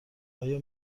آیا